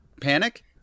Panic